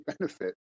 benefit